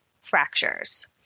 fractures